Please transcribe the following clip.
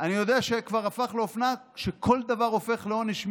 אני יודע שכבר הפך לאופנה שכל דבר הופך לעונש מינימום.